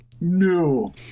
No